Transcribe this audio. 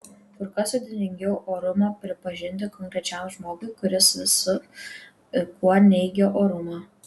kur kas sudėtingiau orumą pripažinti konkrečiam žmogui kuris visu kuo neigia orumą